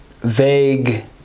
vague